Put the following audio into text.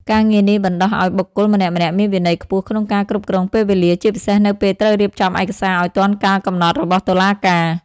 ការងារនេះបណ្តុះឱ្យបុគ្គលម្នាក់ៗមានវិន័យខ្ពស់ក្នុងការគ្រប់គ្រងពេលវេលា ជាពិសេសនៅពេលត្រូវរៀបចំឯកសារឱ្យទាន់កាលកំណត់របស់តុលាការ។